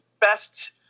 best